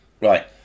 Right